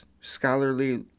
scholarly